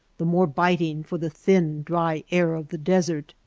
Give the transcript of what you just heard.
the more biting for the thin dry air of the desert.